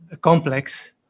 complex